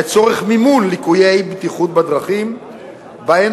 לצורך מימון תיקון ליקויי בטיחות בדרכים שבהן